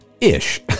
Ish